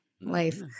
Life